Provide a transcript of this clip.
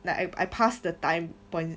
like I I passed the time point